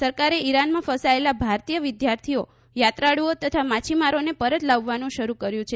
સરકારે ઇરાનમાં ફસાયેલા ભારતીય વિદ્યાર્થીઓ યાત્રાળૂઓ તથા માછીમારોને પરત લાવવાનું શરૂ કર્યું છે